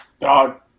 Dog